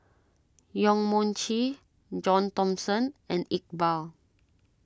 Yong Mun Chee John Thomson and Iqbal